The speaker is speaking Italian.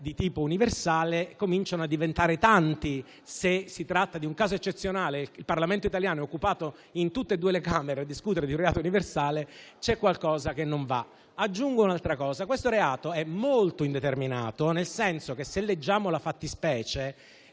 di tipo universale, cominciano a diventare tanti. Se si tratta di un caso eccezionale e il Parlamento italiano è occupato in tutte e due le Camere per discutere di un reato universale, c'è qualcosa che non va. Inoltre, questo reato è molto indeterminato, nel senso che a leggere la fattispecie